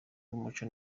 yumuco